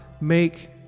make